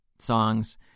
Songs